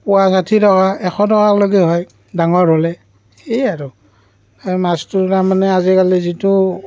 পোৱা ষাঠী টকা এশ টকালৈকে হয় ডাঙৰ হ'লে এই আৰু মাছটো তাৰমানে আজিকালি যিটো